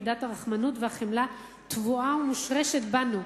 מידת הרחמנות והחמלה טבועה ומושרשת בנו,